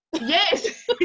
yes